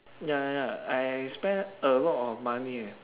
ya ya I spend a lot of money eh